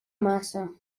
massa